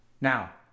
Now